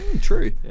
true